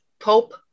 Pope